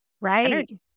right